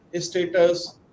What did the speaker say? status